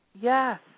Yes